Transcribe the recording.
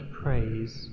praise